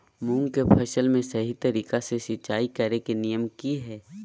मूंग के फसल में सही तरीका से सिंचाई करें के नियम की हय?